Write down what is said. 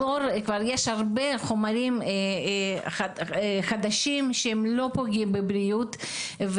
יש הרבה חומרים חדשים שהם לא פוגעים בבריאות.